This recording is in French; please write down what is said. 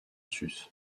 sus